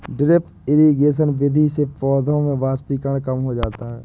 drip irrigation विधि से पौधों में वाष्पीकरण कम हो जाता है